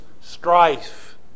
strife